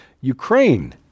ukraine